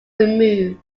removed